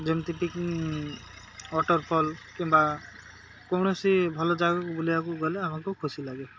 ଯେମିତିକି ୱାଟର୍ଫଲ୍ କିମ୍ବା କୌଣସି ଭଲ ଜାଗାକୁ ବୁଲିବାକୁ ଗଲେ ଆମକୁ ଖୁସି ଲାଗେ